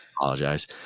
apologize